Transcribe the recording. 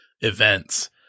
events